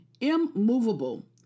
immovable